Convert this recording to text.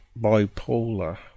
Bipolar